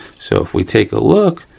so, if we take a look,